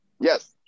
Yes